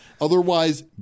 Otherwise